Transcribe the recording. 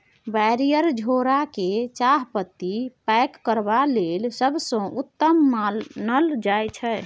barrier झोरा केँ चाहपत्ती पैक करबा लेल सबसँ उत्तम मानल जाइ छै